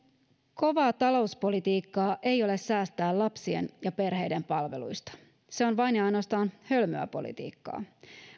kovaa talouspolitiikkaa ei ole säästää lapsien ja perheiden palveluista se on vain ja ainoastaan hölmöä politiikkaa